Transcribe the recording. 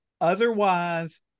otherwise